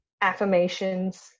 affirmations